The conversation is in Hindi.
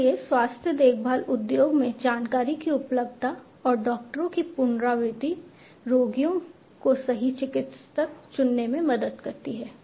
इसलिए स्वास्थ्य देखभाल उद्योग में जानकारी की उपलब्धता और डॉक्टरों की पुनरावृत्ति रोगियों को सही चिकित्सक चुनने में मदद करती है